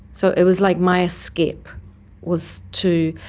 so it was like my escape was to